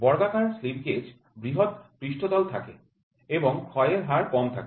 বর্গক্ষেত্রাকার slip gauge এর বৃহৎ পৃষ্ঠ তল থাকে এবং ক্ষয়ের হার কম থাকে